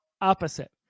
opposite